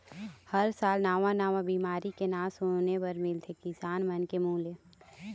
हर साल नवा नवा बिमारी के नांव सुने बर मिलथे किसान मन के मुंह ले